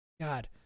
God